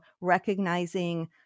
recognizing